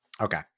Okay